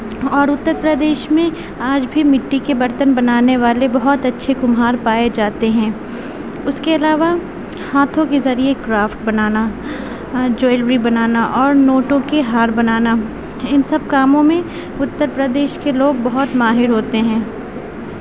اور اتر پردیش میں آج بھی مٹی کے برتن بنانے والے بہت اچھے کمہار پائے جاتے ہیں اس کے علاوہ ہاتھوں کے ذریعے کرافٹ بنانا جویلری بنانا اور نوٹوں کے ہار بنانا ان سب کاموں میں اتر پردیش کے لوگ بہت ماہر ہوتے ہیں